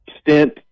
stint